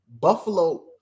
Buffalo